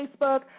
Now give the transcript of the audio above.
Facebook